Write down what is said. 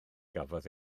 gafodd